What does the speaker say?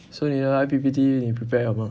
so you 你的 I_P_P_T 你 prepare 了吗